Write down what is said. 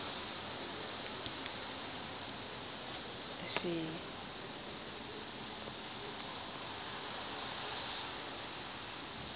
I see